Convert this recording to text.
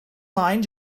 line